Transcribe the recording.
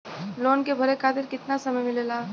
Loan के भरे खातिर कितना समय मिलेला?